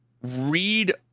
read –